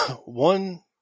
one